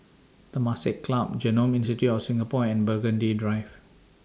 Temasek Club Genome Institute of Singapore and Burgundy Drive